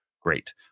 great